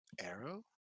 arrow